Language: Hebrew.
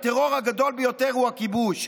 הטרור הגדול ביותר הוא הכיבוש.